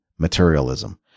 materialism